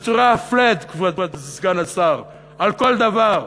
flat, כבוד סגן השר, על כל דבר,